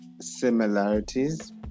similarities